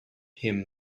him